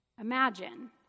Imagine